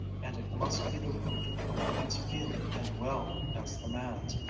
and it must be the root of the woman's feeling as well as the man's,